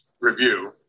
review